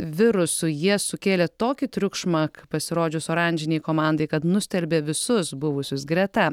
virusu jie sukėlė tokį triukšmą pasirodžius oranžinei komandai kad nustelbė visus buvusius greta